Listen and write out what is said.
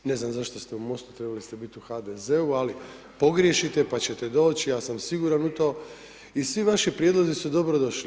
Ne znam zašto ste u Mostu, trebali ste biti u HDZ-u ,ali pogriješite pa ćete doći ja sam siguran u to i svi vaši prijedlozi su dobrodošli.